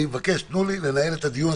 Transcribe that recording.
אני מבקש: תנו לי לנהל את הדיון,